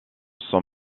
son